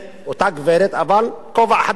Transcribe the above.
אותה גברת אבל כובע חדש,